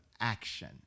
action